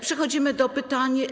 Przechodzimy do pytań.